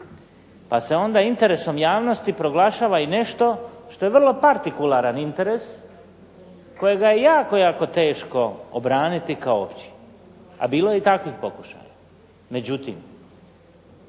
pa se onda interesom javnosti proglašava i nešto što je vrlo partikularan interes kojega je jako jako teško obraniti kao opći, a bilo je i takvih pokušaja. Međutim,